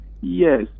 Yes